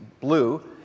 blue